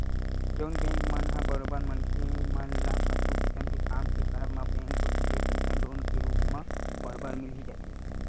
जउन बेंक मन ह बरोबर मनखे मन ल कतको किसम के काम के करब म बेंक कोती ले पइसा लोन के रुप म बरोबर मिल ही जाथे